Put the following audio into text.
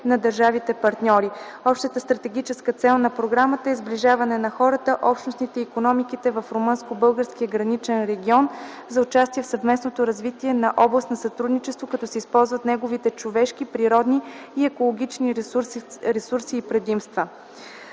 на държавите партньори. Общата стратегическа цел на Програмата е: сближаване на хората, общностите и икономиките в румънско-българския граничен регион за участие в съвместното развитие на област на сътрудничество, като се използват неговите човешки, природни и екологични ресурси и предимства.